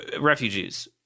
refugees